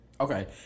Okay